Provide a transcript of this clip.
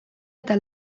eta